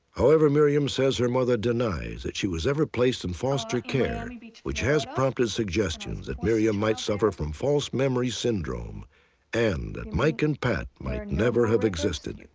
however, miriam says her mother denies that she was ever placed in foster care, which has prompted suggestions that miriam might suffer from false memory syndrome and that mike and pat might never have existed.